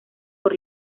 por